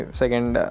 second